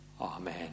Amen